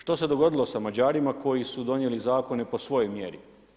Što se dogodilo sa Mađarima koji su donijeli zakone po svojoj mjeri?